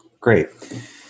great